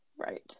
right